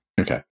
Okay